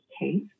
case